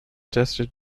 tested